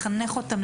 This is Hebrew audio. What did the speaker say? לחנך אותם,